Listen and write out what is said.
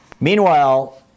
Meanwhile